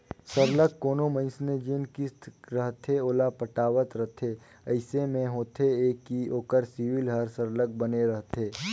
सरलग कोनो मइनसे जेन किस्त रहथे ओला पटावत रहथे अइसे में होथे ए कि ओकर सिविल हर सरलग बने रहथे